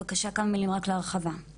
כמה מילים רק להרחבה.